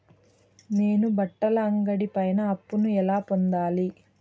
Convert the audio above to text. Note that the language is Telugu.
నేను బట్టల అంగడి పైన అప్పును ఎలా పొందాలి?